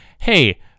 hey